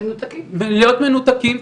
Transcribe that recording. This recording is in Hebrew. להיות מנותקים,